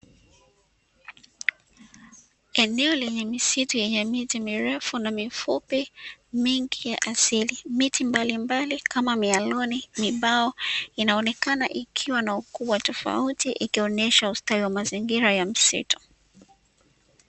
Eneo lenye misitu yenye miti mirefu na mifupi mingi ya asili miti mbalimbali kama mialoni mibao inaonekana ikiwa na ukubwa tofauti, ikionyesha ustawi wa mazingira ya msitu